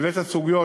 העלית סוגיות,